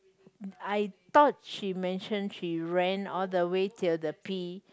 I thought she mention she ran all the way till the P